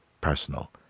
personal